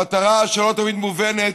המטרה, שלא תמיד מובנת,